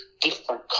different